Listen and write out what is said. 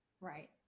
Right